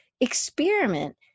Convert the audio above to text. experiment